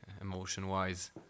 emotion-wise